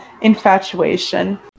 infatuation